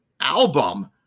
album